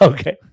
Okay